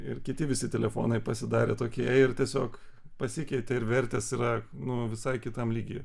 ir kiti visi telefonai pasidarė tokie ir tiesiog pasikeitė ir vertės yra nu visai kitam lygyje